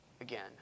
again